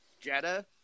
Jetta